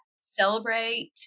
Celebrate